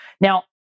Now